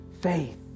faith